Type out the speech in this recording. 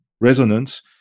resonance